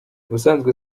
ubusanzwe